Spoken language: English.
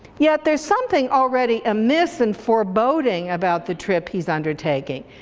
yet there's something already amiss and foreboding about the trip he's undertaking.